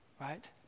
right